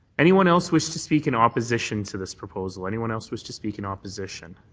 anyone else wish to speak in opposition to this proposal? anyone else wish to speak in opposition?